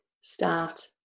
start